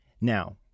Now